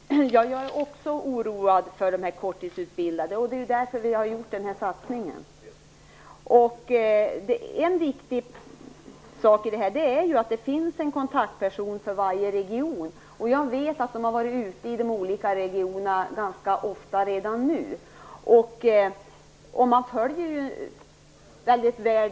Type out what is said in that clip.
Herr talman! Jag är också oroad för de korttidsutbildade. Det är ju därför vi har gjort den här satsningen. En viktig sak är att det finns en kontaktperson för varje region. Jag vet att de har varit ute i de olika regionerna ganska ofta redan nu, och man följer det här väldigt väl.